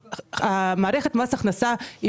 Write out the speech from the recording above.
מערכת מס הכנסה היא